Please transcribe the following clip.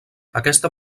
aquesta